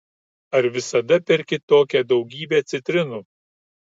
ar visada perki tokią daugybę citrinų